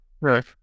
Right